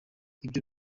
ibyo